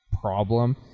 problem